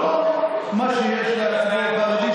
לא מה שיש לציבור הערבי,